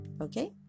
okay